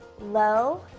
low